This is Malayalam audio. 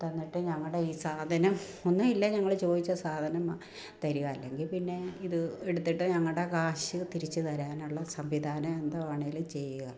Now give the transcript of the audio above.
തന്നിട്ട് ഞങ്ങളുടെ ഈ സാധനം ഒന്നും ഇല്ല ഞങ്ങൾ ചോദിച്ച സാധനം തരുക അല്ലെങ്കിൽ പിന്നെ ഇത് എടുത്തിട്ട് ഞങ്ങളുടെ കാശ് തിരിച്ച് തരാനുള്ള സംവിധാനം എന്തോ വേണേലും ചെയ്യുക